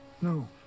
No